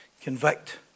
convict